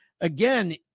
Again